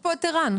יש פה את ערן.